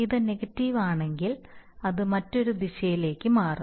ഇത് നെഗറ്റീവ് ആണെങ്കിൽ അത് മറ്റൊരു ദിശയിലേക്ക് മാറും